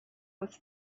was